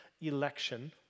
election